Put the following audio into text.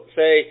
say